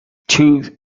two